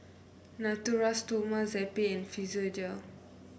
Natura Stoma Zappy and Physiogel